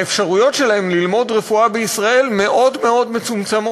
האפשרויות שלהם ללמוד רפואה בישראל מאוד מאוד מצומצמות.